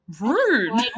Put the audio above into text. Rude